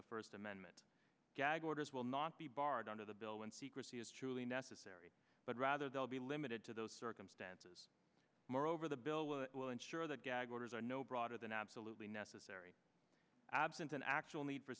the first amendment gag orders will not be barred under the bill when secrecy is truly necessary but rather they'll be limited to those circumstances moreover the bill will ensure that gag orders are no broader than absolutely necessary absent an actual need for